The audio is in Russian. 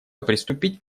приступить